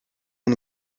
one